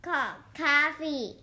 Coffee